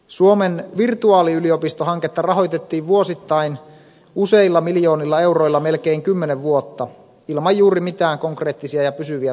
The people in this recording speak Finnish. suomen virtuaaliyliopistohanketta rahoitettiin vuosittain useilla miljoonilla euroilla melkein kymmenen vuotta ilman juuri mitään konkreettisia ja pysyviä tuloksia